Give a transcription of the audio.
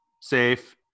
safe